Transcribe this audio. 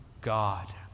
God